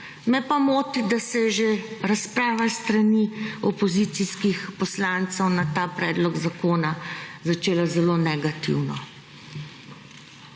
Me pa moti, da se je že razprava s strani opozicijskih poslancev na ta predlog zakona začela zelo negativno,